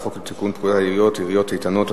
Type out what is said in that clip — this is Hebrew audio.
חוק לתיקון פקודת העיריות (עיריות איתנות),